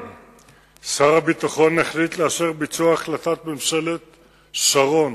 שר הביטחון החליט לאשר את ביצוע החלטת ממשלת שרון